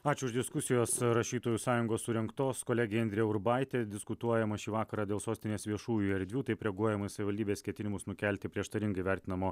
ačiū už diskusijos rašytojų sąjungos surengtos kolegė indrė urbaitė diskutuojama šį vakarą dėl sostinės viešųjų erdvių taip reaguojama į savivaldybės ketinimus nukelti prieštaringai vertinamo